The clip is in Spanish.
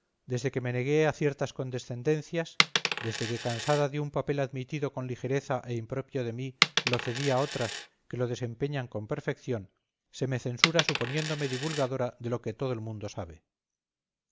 desde que me negué a ciertas condescendencias desde que cansada de un papel admitido con ligereza e impropio de mí lo cedí a otras que lo desempeñan con perfección se me censura suponiéndome divulgadora de lo que todo el mundo sabe